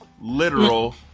literal